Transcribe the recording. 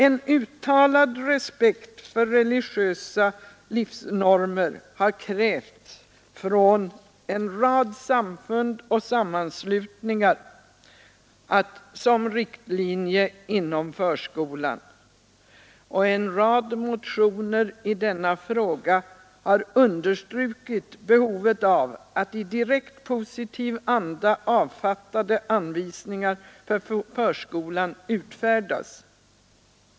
En uttalad respekt för religiösa livsnormer har krävts från en rad samfund och sammanslutningar som riktlinjer inom förskolan, och en rad motionärer i denna fråga har understrukit behovet av att i direkt positiv anda avfattade anvisningar för förskolan utfärdas.